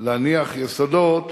להניח יסודות